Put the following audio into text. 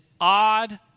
odd